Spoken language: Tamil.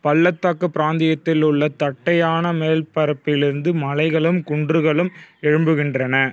பள்ளத்தாக்குப் பிராந்தியத்தில் உள்ள தட்டையான மேற்பரப்பிலிருந்து மலைகளும் குன்றுகளும் எழும்புகின்றன